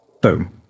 boom